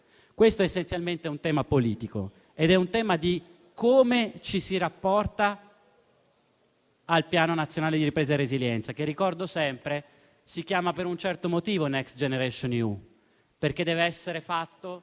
Questo è essenzialmente un tema politico e riguarda come ci si rapporta al Piano nazionale di ripresa e resilienza, il quale, come ricordo sempre, si chiama per un certo motivo Next generation EU, ovvero perché dev'essere fatto